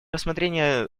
рассмотрение